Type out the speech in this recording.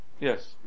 yes